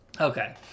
Okay